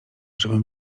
żebym